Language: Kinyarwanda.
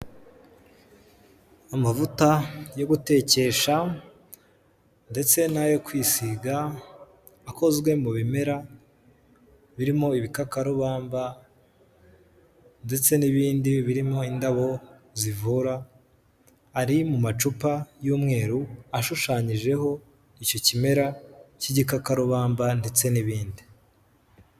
Amavuta yo gutekesha ndetse n'ayo kwisiga akozwe mu bimera, birimo ibikakarubamba ndetse n'ibindi birimo indabo zivura, ari mu macupa y'umweru ashushanyijeho icyo kimera cy'igikakarubamba ndetse n'ibindi.